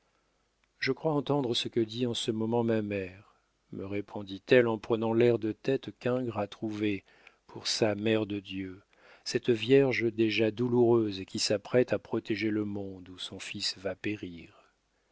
je crois entendre ce que dit en ce moment ma mère me répondit-elle en prenant l'air de tête qu'ingres a trouvé pour sa mère de dieu cette vierge déjà douloureuse et qui s'apprête à protéger le monde où son fils va périr